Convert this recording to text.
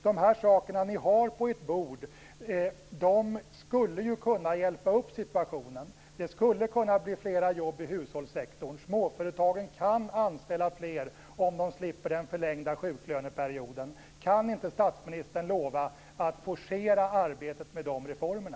De saker ni har på ert bord skulle ju kunna hjälpa upp situationen. Det skulle kunna bli flera jobb i hushållssektorn. Småföretagen kan anställa fler om de slipper den förlängda sjuklöneperioden. Kan inte statsministern lova att forcera arbetet med de reformerna?